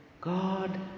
God